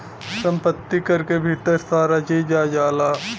सम्पति कर के भीतर सारा चीज आ जाला